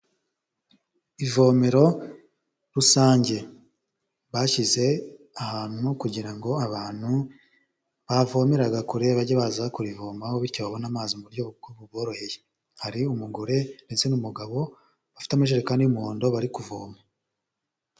Ivomero rusange bashyize ahantu kugira ngo abantu bavomeraga kure bajye baza kurivomaho bityo babone amazi mu buryo buboroheye, hari umugore ndetse n'umugabo bafite amajerekani y'umuhondo bari kuvoma.